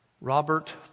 Robert